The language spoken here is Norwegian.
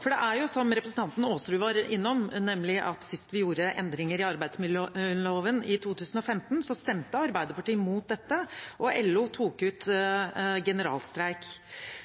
For det er jo slik, som representanten Aasrud var innom, at sist vi gjorde endringer i arbeidsmiljøloven, i 2015, stemte Arbeiderpartiet mot dette, og LO tok ut generalstreik.